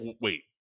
wait